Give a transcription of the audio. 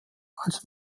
als